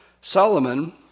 Solomon